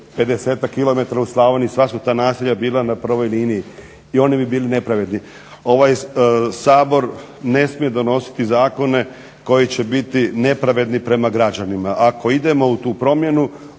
km u Slavoniji sva su ta naselja bila na prvoj liniji i oni bi bili nepravedni. Ovaj Sabor ne smije donositi zakone koji će biti nepravedni prema građanima. Ako idemo u tu promjenu